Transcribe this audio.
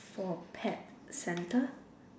for pet centre